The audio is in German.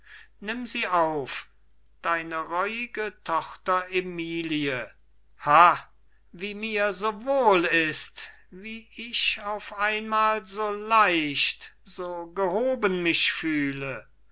nimm sie auf deine reuige tochter emilie ha wie mir so wohl ist wie ich auf einmal so leicht so gehoben mich fühle